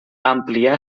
amplià